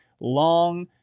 long